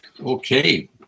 okay